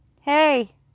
hey